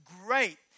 great